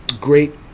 great